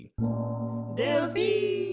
Delphi